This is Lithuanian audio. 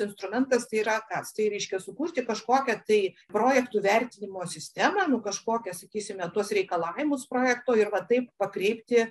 instrumentas tai yra kas tai reiškia sukurti kažkokią tai projektų vertinimo sistemą nu kažkokią sakysime tuos reikalavimus projekto ir va taip pakreipti